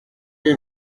que